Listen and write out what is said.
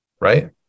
right